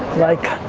like,